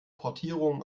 portierungen